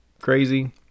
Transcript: crazy